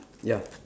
ya